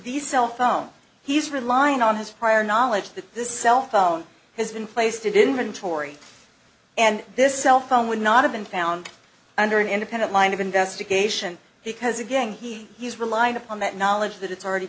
these cell phone he's relying on his prior knowledge that this cell phone has been placed inventory and this cell phone would not have been found under an independent line of investigation because again he has relied upon that knowledge that it's already